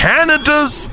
Canada's